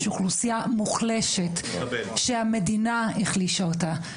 יש אוכלוסייה מוחלשת שהמדינה החלישה אותה.